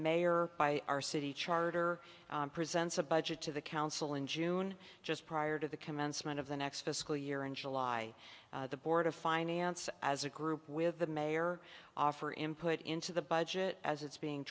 mayor by our city charter presents a budget to the council in june just prior to the commencement of the next fiscal year in july the board of finance as a group with the mayor offer input into the budget as it's being